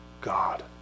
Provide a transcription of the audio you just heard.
God